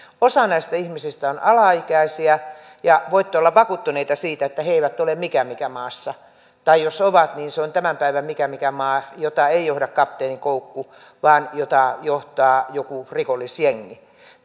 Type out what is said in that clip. osa näistä ihmisistä on alaikäisiä ja voitte olla vakuuttuneita siitä että he he eivät ole mikä mikä maassa tai jos ovat niin se on tämän päivän mikä mikä maa jota ei johda kapteeni koukku vaan jota johtaa joku rikollisjengi